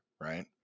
right